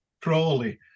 Crawley